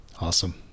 Awesome